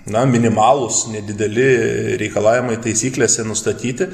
na minimalūs nedideli reikalavimai taisyklėse nustatyti